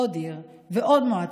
עוד עיר ועוד מועצה,